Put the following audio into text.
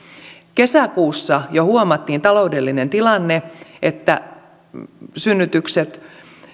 kesäkuussa jo huomattiin taloudellinen tilanne että synnytykset